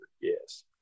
Yes